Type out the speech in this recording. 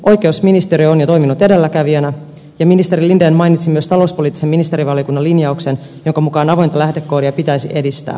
oikeusministeriö on jo toiminut edelläkävijänä ja ministeri linden mainitsi myös talouspoliittisen ministerivaliokunnan linjauksen jonka mukaan avointa lähdekoodia pitäisi edistää